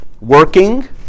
working